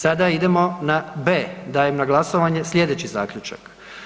Sada idemo na b), dajem na glasovanje slijedeći zaključak.